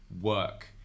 work